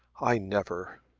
i never!